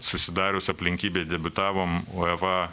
susidarius aplinkybei debiutavom uefa